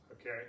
okay